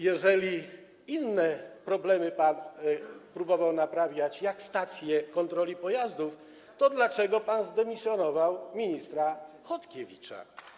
Jeżeli inne problemy pan próbował naprawiać, takie jak problem stacji kontroli pojazdów, to dlaczego pan zdymisjonował ministra Chodkiewicza?